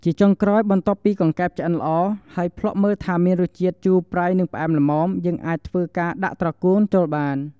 ជាចុងក្រោយ បន្ទាប់ពីកង្កែបឆ្អិនល្អ ហើយភ្លក់មើលថាមានរសជាតិ ជូរ ប្រៃ និងផ្អែមល្មម យើងអាចធ្វើការដាក់ត្រកួន ចូលបាន។